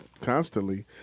constantly